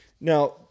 Now